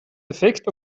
defekt